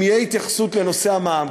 אם תהיה התייחסות לנושא המע"מ,